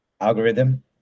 algorithm